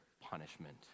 punishment